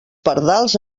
pardals